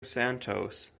santos